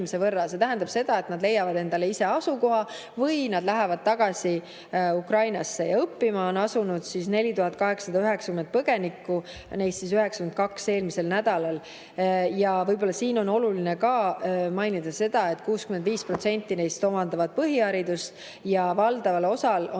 See tähendab seda, et nad leiavad endale ise elukoha või lähevad tagasi Ukrainasse. Õppima on asunud 4890 põgenikku, neist 92 eelmisel nädalal. Võib-olla on oluline mainida ka seda, et 65% neist omandavad põhiharidust ja valdaval osal on